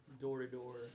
door-to-door